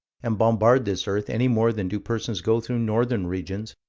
and bombard this earth, any more than do persons go through northern regions,